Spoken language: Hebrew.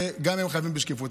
וגם הם חייבים בשקיפות,